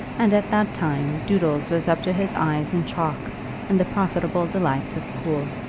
and at that time doodles was up to his eyes in chalk and the profitable delights of pool.